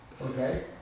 Okay